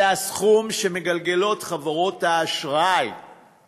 זה הסכום שחברות האשראי מגלגלות.